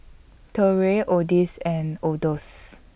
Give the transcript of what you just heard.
Torrey Odis and Odus